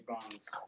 Bonds